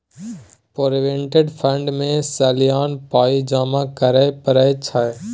provident fund मे सलियाना पाइ जमा करय परय छै